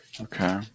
Okay